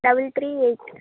double three eight